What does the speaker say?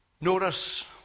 Notice